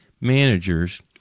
Managers